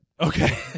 Okay